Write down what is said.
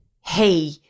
Hey